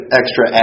extra